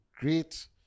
great